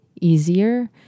easier